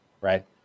right